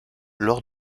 lors